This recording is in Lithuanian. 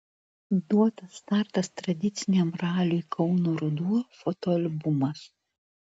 duotas startas tradiciniam raliui kauno ruduo fotoalbumas